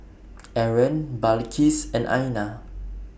Aaron Balqis and Aina